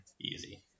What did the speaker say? Easy